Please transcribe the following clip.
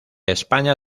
españa